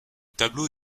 tableau